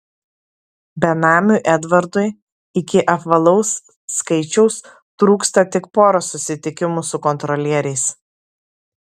benamiui edvardui iki apvalaus skaičiaus trūksta tik poros susitikimų su kontrolieriais